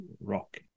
rock